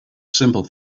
simple